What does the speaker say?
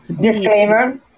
disclaimer